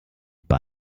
bei